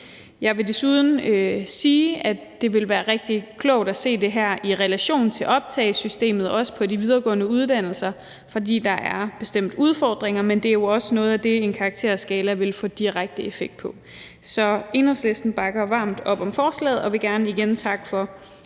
Jeg vil desuden sige, at det vil være rigtig klogt at se det her i relation til optagesystemet, også på de videregående uddannelser, for der er bestemt udfordringer, men det er jo også noget af det, en karakterskala vil få en direkte effekt på. Så Enhedslisten bakker varmt op om forslaget, og vi vil gerne igen takke for